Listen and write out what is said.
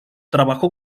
trabajó